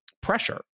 pressure